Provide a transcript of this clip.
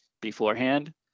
beforehand